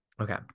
Okay